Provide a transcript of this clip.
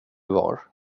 var